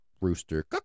rooster